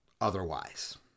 otherwise